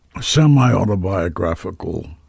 semi-autobiographical